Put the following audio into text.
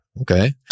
Okay